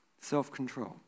Self-control